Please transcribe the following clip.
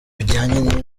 bijyanye